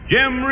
Jim